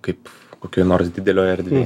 kaip kokioj nors didelioj erdvėj